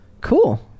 Cool